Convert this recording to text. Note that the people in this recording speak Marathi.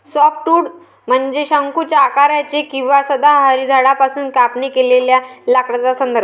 सॉफ्टवुड म्हणजे शंकूच्या आकाराचे किंवा सदाहरित झाडांपासून कापणी केलेल्या लाकडाचा संदर्भ